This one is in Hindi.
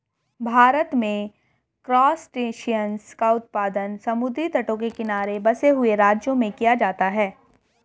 भारत में क्रासटेशियंस का उत्पादन समुद्री तटों के किनारे बसे हुए राज्यों में किया जाता है